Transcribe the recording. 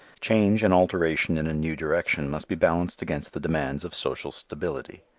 change and alteration in a new direction must be balanced against the demands of social stability.